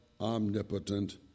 omnipotent